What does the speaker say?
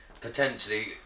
potentially